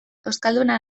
euskalduna